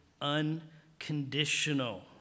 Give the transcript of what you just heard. unconditional